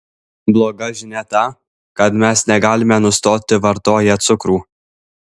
bloga žinia ta kad mes negalime nustoti vartoję cukrų